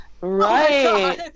Right